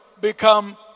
become